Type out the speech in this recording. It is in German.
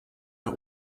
der